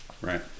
Right